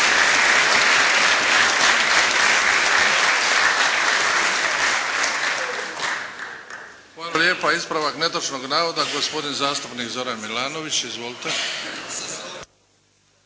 Hvala lijepa. Ispravak netočnog navoda gospodin zastupnik Zoran Milanović. Izvolite.